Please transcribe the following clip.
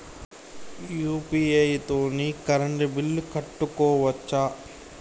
UPI తోని current bill కట్టుకోవచ్ఛా?